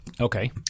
Okay